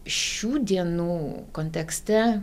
šių dienų kontekste